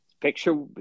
picture